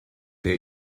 der